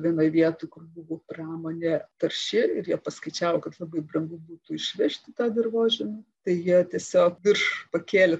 vienoj vietoj kur buvo pramonė tarši ir jie paskaičiavo kad labai brangu būtų išvežti tą dirvožemį tai jie tiesiog virš pakėlė